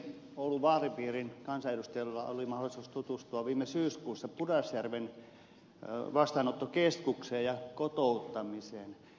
oulun vaalipiirin kansanedustajilla oli mahdollisuus tutustua viime syyskuussa pudasjärven vastaanottokeskukseen ja kotouttamiseen